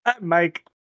Mike